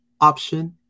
option